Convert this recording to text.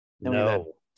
No